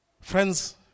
Friends